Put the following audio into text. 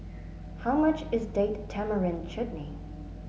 how much is Date Tamarind Chutney